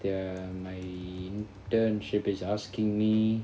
ya my internship is asking me